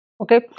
okay